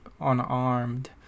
unarmed